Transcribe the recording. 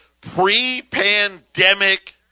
pre-pandemic